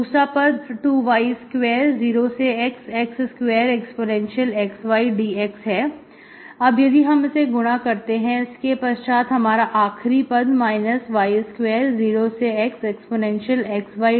दूसरा पद 2y20xx2 exy dx है अब यदि हम इसे गुणा करते हैं इसके पश्चात हमारा आखरी पद y20xexy dxहै